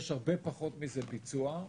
יש הרבה פחות מזה ביצוע,